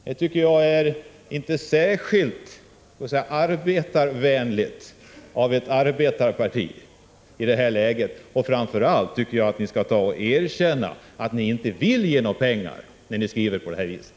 Detta tycker jag inte är särskilt arbetarvänligt av ett arbetarparti i detta läge, och framför allt tycker jag att ni skall erkänna att ni inte vill ge dessa människor några pengar, när ni skriver på det här viset.